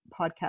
podcast